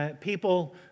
People